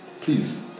Please